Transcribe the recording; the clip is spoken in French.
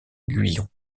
guyon